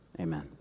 amen